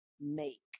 make